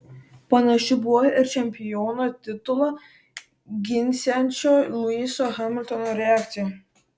panaši buvo ir čempiono titulą ginsiančio luiso hamiltono reakcija